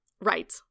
Right